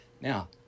Now